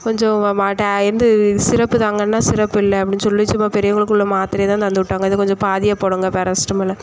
கொஞ்சம் இது சிரப்பு தாங்கன்னா சிரப்பில்ல அப்படின்னு சொல்லி சும்மா பெரியவங்களுக்குள்ள மாத்திரையை தான் தந்து விட்டாங்க இதை கொஞ்சம் பாதியாக போடுங்க பேராசிட்டமால